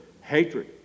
hatred